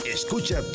Escucha